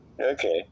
Okay